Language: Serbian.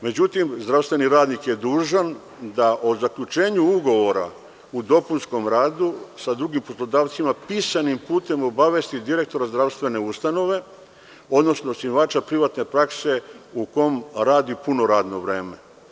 Međutim, zdravstveni radnik je dužan da o zaključenju ugovora o dopunskom radu sa drugim poslodavcima pisanim putem obavesti direktora zdravstvene ustanove, odnosno osnivača privatne prakse u kom radi puno rado vreme.